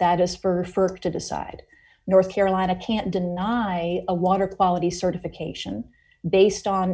that is for to decide north carolina can't deny a water quality certification based on